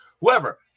whoever